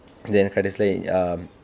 then கடைசில:kadaisila um